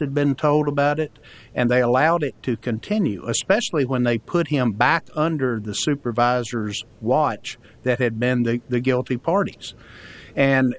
had been told about it and they allowed it to continue especially when they put him back under the supervisor's watch that had ben they the guilty parties and